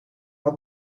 had